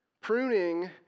Pruning